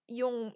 yung